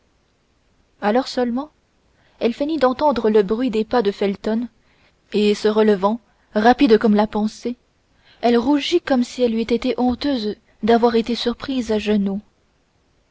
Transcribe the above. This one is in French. alors seulement elle feignit d'entendre le bruit des pas de felton et se relevant rapide comme la pensée elle rougit comme si elle eût été honteuse d'avoir été surprise à genoux